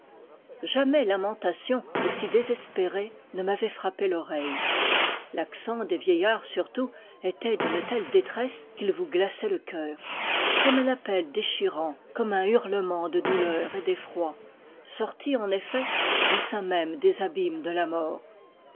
jamais lamentation aussi désespérée ne m'avait frappé l'oreille l'accent des vieillards surtout était d'une telle détresse qu'il vous glaçait le cœur comme un appel déchirant comme un hurlement de douleur et d'effroi sorti en effet du sein même des abîmes de la mort